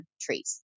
trees